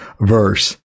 verse